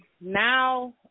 now